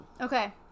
Okay